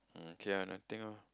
um okay ah nothing lor